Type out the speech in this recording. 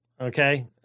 Okay